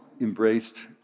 embraced